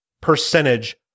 percentage